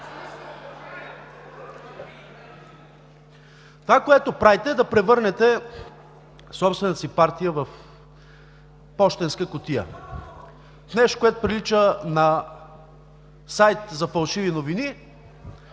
Това, което правите, е да превърнете собствената си партия в пощенска кутия – в нещо, което прилича на сайт за фалшиви новини